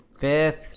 Fifth